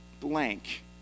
blank